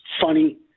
funny